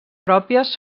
pròpies